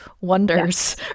wonders